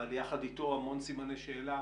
אבל יחד איתו המון סימני שאלה